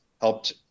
helped